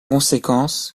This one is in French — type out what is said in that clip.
conséquence